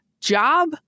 job